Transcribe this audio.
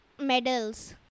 medals